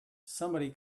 somebody